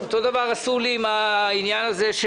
אותו דבר עם הנושא של